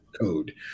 code